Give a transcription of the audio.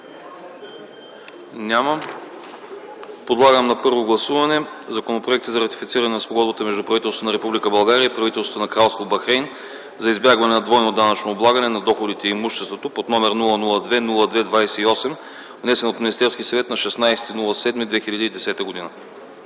Няма. Подлагам на първо гласуване Законопроект за ратифициране на Спогодбата между правителството Република България и правителството на Кралство Бахрейн за избягване на двойното данъчно облагане на доходите и имуществото, № 002 02 28, внесен от Министерския съвет на 16 юли 2010 г.